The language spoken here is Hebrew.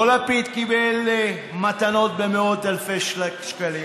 לא לפיד קיבל מתנות במאות אלפי שקלים